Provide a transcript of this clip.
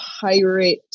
pirate